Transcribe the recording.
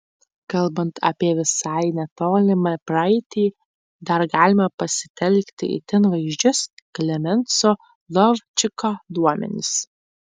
kalbant apie visai netolimą praeitį dar galima pasitelkti itin vaizdžius klemenso lovčiko duomenis